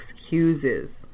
excuses